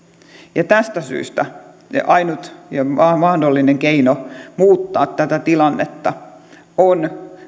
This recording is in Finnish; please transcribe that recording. tästä syystä se ainut ja mahdollinen keino muuttaa tätä tilannetta on